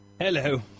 Hello